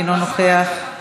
אינו נוכח,